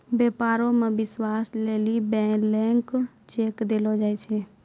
व्यापारो मे विश्वास लेली ब्लैंक चेक देलो जाय छै